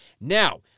Now